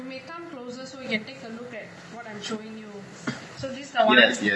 you may come closer so you can take a look at what I'm showing you so this the one